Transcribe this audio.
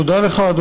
תודה לך.